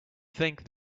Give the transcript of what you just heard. think